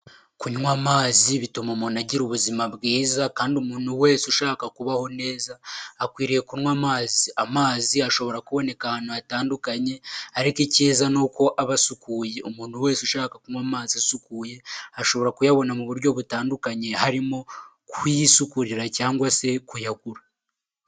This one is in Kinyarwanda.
Kunywa amazi bituma umuntu agira ubuzima bwiza kandi umuntu wese ushaka kubaho neza akwiriye kunywa amazi, amazi ashobora kuboneka ahantu hatandukanye ariko icyiza ni uko aba asukuye, umuntu wese ushaka kunywa amazi asukuye ashobora kuyabona mu buryo butandukanye, harimo kuyisukurira cyangwa se kuyagura.